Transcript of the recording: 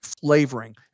flavoring